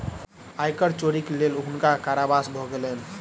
आय कर चोरीक लेल हुनका कारावास भ गेलैन